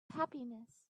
happiness